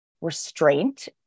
restraint